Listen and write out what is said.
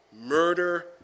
murder